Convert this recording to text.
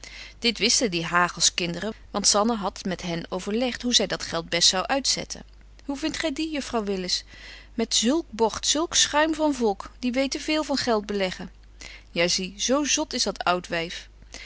dit wisten die hagels kinderen want zanne hadt met hen overlegt hoe zy dat geld best zou uitzetten hoe vindt gy die juffrouw willis met zulk bogt zulk schuim van volk die weten veel van geld beleggen ja zie zo zot is dat oud wyf